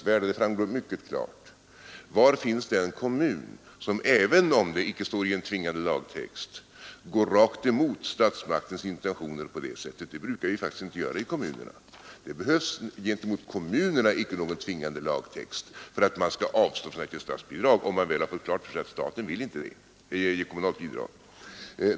Var finns den kommun som, även om det inte står i en tvingande lagtext, går rakt emot statsmaktens intentioner? Det brukar inte kommunerna göra. Gentemot kommunerna behövs ingen tvingande lagtext för att de skall avstå från att ge kommunalt bidrag, om de väl fått klart för sig att staten inte vill det.